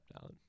down